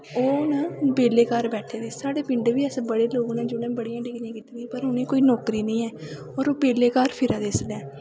ओह् हून बैह्ले घर बैठे दे साढ़े पिंड बी ऐसे बड़े लोक न जिनें बड़ियां डिग्रियां कीती दियां पर उ'नेंगी कोई नौकरी निं ऐ होर ओह् बेह्ले घर फिरा दे इसलै